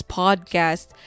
podcast